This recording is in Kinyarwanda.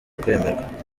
kwemerwa